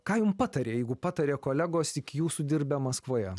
ką jum patarė jeigu patarė kolegos iki jūsų dirbę maskvoje